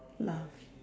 laugh